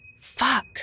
Fuck